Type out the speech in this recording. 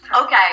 okay